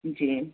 जी